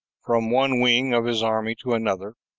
from one wing of his army to another,